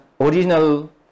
original